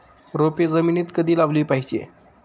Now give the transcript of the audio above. रोपे जमिनीत कधी लावली पाहिजे?